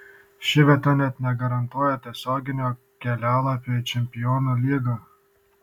ši vieta net negarantuoja tiesioginio kelialapio į čempionų lygą